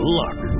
luck